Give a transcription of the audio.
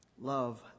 Love